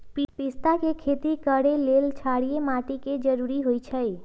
पिस्ता के खेती करय लेल क्षारीय माटी के जरूरी होई छै